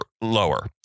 lower